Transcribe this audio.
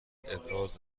ابراز